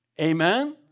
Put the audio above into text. Amen